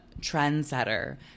Trendsetter